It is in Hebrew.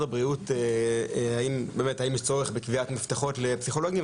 הבריאות אם יש צורך בקביעת מפתחות לפסיכולוגים,